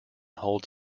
holds